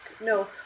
no